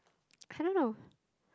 I don't know